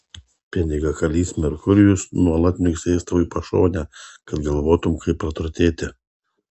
pinigakalys merkurijus nuolat niuksės tau į pašonę kad galvotum kaip praturtėti